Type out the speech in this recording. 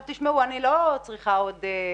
תשמעו, אני לא צריכה עוד